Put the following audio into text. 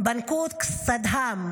באנאוואט סהטאן.